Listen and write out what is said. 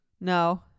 No